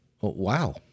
wow